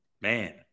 Man